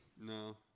No